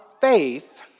faith